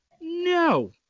no